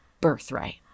birthright